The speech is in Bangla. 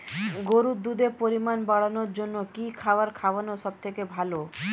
গরুর দুধের পরিমাণ বাড়ানোর জন্য কি খাবার খাওয়ানো সবথেকে ভালো?